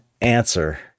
answer